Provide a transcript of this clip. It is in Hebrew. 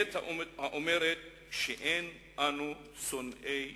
אמת האומרת שאין אנו שונאי יהודים,